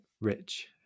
Rich